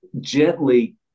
gently